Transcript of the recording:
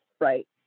right